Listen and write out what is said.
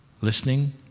listening